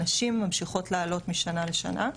הנשים ממשיכות לעלות משנה לשנה.